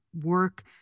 work